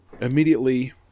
immediately